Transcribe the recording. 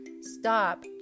Stop